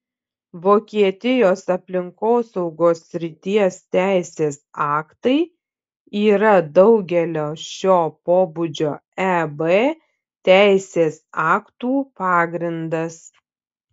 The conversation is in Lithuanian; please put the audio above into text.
vokietijos aplinkosaugos srities teisės aktai yra daugelio šio pobūdžio eb teisės aktų pagrindas